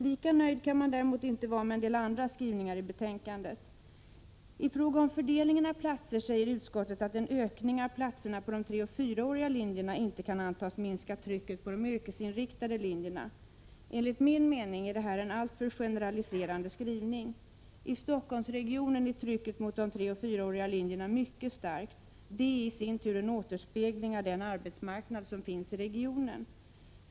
Lika nöjd kan man däremot inte vara med en del andra skrivningar i betänkandet. I fråga om fördelningen av platser säger utskottet att en ökning av platserna på de treoch fyraåriga linjerna inte kan antas minska trycket på de yrkesinriktade linjerna. Enligt min mening är detta en alltför generaliserande skrivning. I Stockholmsregionen är trycket mot de treoch fyraåriga linjerna mycket starkt. Detta är i sin tur en återspegling av den arbetsmarknad som finns i regionen.